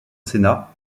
sénat